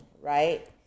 right